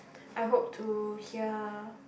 I hope to hear